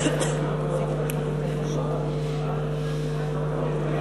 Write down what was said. הרכב ועדות הכנסת נתקבלה.